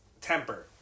temper